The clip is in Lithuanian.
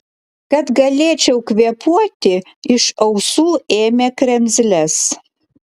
kad galėčiau kvėpuoti iš ausų ėmė kremzles